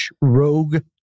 rogue